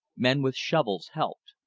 men with shovels helped.